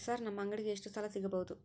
Sir ನಮ್ಮ ಅಂಗಡಿಗೆ ಎಷ್ಟು ಸಾಲ ಸಿಗಬಹುದು?